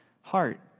heart